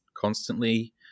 constantly